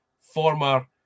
former